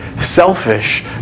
selfish